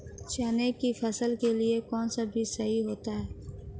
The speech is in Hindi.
चने की फसल के लिए कौनसा बीज सही होता है?